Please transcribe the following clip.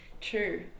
True